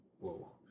whoa